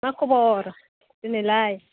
मा खबर दिनैलाय